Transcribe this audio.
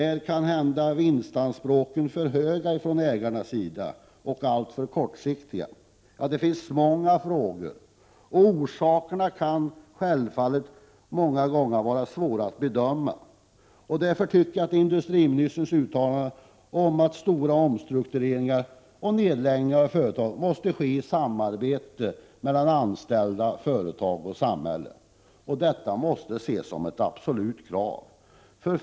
Är kanhända ägarnas vinstanspråk för höga och alltför kortsiktiga? Ja, det finns många frågor, och orsakerna kan självfallet vara svåra att bedöma. Industriministern uttalar att stora omstruktureringar och nedläggningar av företag måste ske i samarbete mellan anställda, företag och samhälle. Detta måste ses som ett absolut krav.